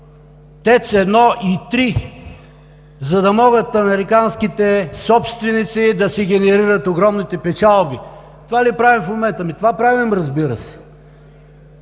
ТЕЦ 1 и 3, за да могат американските собственици да си генерират огромните печалби. Това ли правим в момента? Ами, това правим, разбира се.